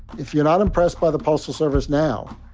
if you're not impressed by the postal service now,